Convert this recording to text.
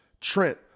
trent